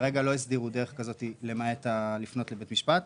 כרגע לא הסדירו דרך כזאת למעט לפנות לבית משפט.